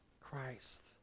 Christ